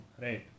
right